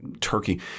Turkey